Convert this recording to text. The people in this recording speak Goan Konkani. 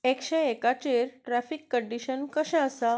एकशें एकाचेर ट्राफीक कंडिशन कशें आसा